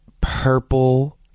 purple